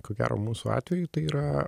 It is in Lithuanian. ko gero mūsų atveju tai yra